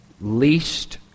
least